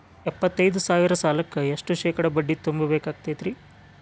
ಎಪ್ಪತ್ತೈದು ಸಾವಿರ ಸಾಲಕ್ಕ ಎಷ್ಟ ಶೇಕಡಾ ಬಡ್ಡಿ ತುಂಬ ಬೇಕಾಕ್ತೈತ್ರಿ?